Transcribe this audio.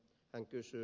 hän kysyy